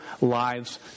lives